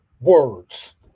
words